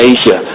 Asia